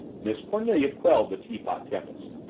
miss cornelia quelled the teapot-tempest.